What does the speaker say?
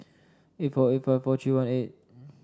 eight four eight five four three one eight